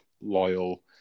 loyal